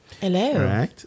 Hello